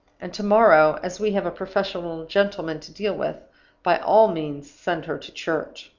and to-morrow as we have a professional gentleman to deal with by all means send her to church.